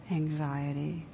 anxiety